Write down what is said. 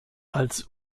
als